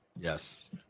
Yes